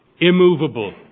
immovable